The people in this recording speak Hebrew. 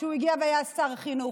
כשהוא הגיע והיה שר חינוך,